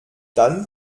dann